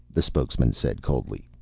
the spokesman said coldly.